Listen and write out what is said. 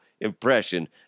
impression